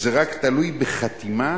זה רק תלוי בחתימה